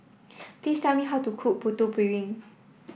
please tell me how to cook Putu Piring